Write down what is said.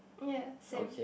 yes same